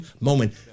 moment